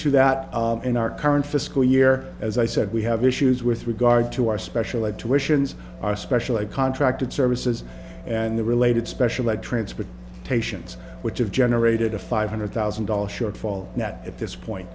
to that in our current fiscal year as i said we have issues with regard to our special ed tuitions our special ed contracted services and the related special ed transferred patients which have generated a five hundred thousand dollars shortfall that at this point